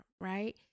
Right